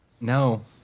No